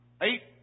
Eight